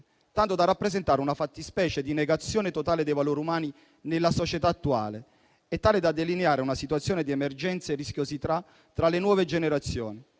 tanto da rappresentare una fattispecie di negazione totale dei valori umani nella società attuale e tali da delineare una situazione di emergenza e rischiosità tra le nuove generazioni,